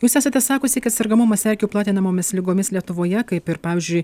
jūs esate sakusi kad sergamumas erkių platinamomis ligomis lietuvoje kaip ir pavyzdžiui